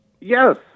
Yes